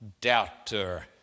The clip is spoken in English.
doubter